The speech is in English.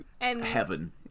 heaven